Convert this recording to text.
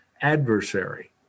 adversary